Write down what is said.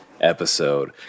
episode